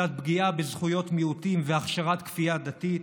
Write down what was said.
לצד פגיעה בזכויות מיעוטים והכשרת כפייה דתית